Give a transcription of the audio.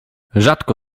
rzadko